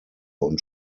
und